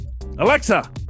Alexa